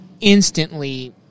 instantly